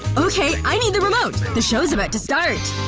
okay, i need the remote. the show's about to start